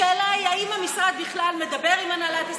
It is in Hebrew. השאלה היא אם המשרד בכלל מדבר עם הנהלת הספרייה,